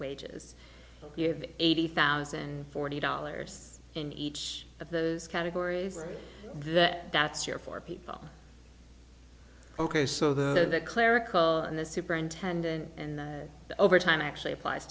the eighty thousand forty dollars in each of those categories that that's here for people ok so the clerical and the superintendent and the overtime actually applies